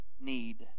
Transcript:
need